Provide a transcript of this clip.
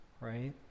right